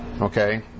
Okay